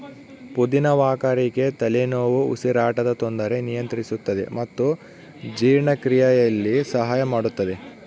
ಪುದಿನ ವಾಕರಿಕೆ ತಲೆನೋವು ಉಸಿರಾಟದ ತೊಂದರೆ ನಿಯಂತ್ರಿಸುತ್ತದೆ ಮತ್ತು ಜೀರ್ಣಕ್ರಿಯೆಯಲ್ಲಿ ಸಹಾಯ ಮಾಡುತ್ತದೆ